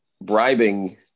bribing